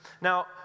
Now